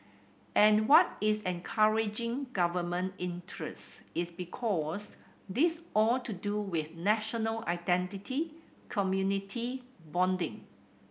and what is encouraging government interest is because this all to do with national identity community bonding